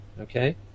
okay